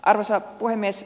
arvoisa puhemies